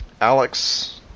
Alex